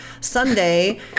Sunday